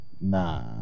Nah